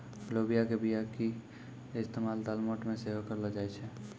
लोबिया के बीया के इस्तेमाल दालमोट मे सेहो करलो जाय छै